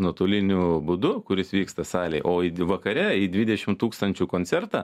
nuotoliniu būdu kuris vyksta salėj o vakare į dvidešim tūkstančių koncertą